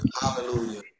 Hallelujah